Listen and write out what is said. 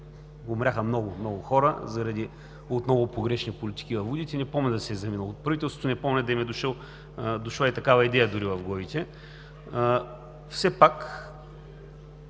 Умряха много хора, отново заради погрешни политики във водите. Не помня да си е заминало правителството, не помня да им е дошла и такава идея дори в главите. Все пак